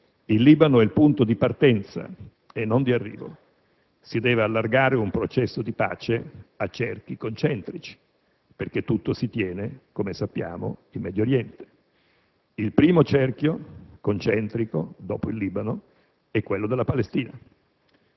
Il Libano è il punto di partenza e non di arrivo; si deve allargare un processo di pace a cerchi concentrici, perché, come sappiamo, tutto si tiene in Medio Oriente. Il primo cerchio concentrico, dopo il Libano, è quello della Palestina.